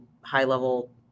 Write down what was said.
high-level